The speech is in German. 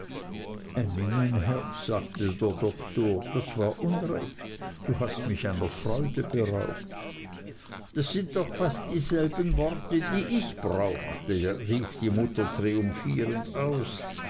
mein herz sagte der doktor das war unrecht da hast mich einer freude beraubt das sind doch fast dieselben worte die ich brauchte rief die mutter triumphierend aus